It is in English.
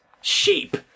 sheep